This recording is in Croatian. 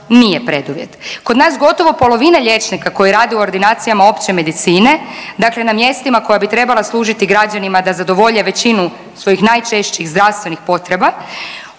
nije preduvjet. Kod kod nas gotovo polovina liječnika koji rade o ordinacijama opće medicine, dakle na mjestima koja bi trebala služiti građanima da zadovolje većinu svojih najčešćih zdravstvenih potreba,